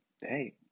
hey –